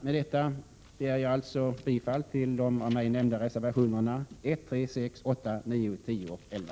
Med detta vill jag yrka bifall till de av mig nämnda reservationerna 1, 3, 6, 8, 9, 10 och 11.